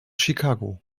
chicago